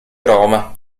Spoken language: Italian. roma